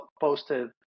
posted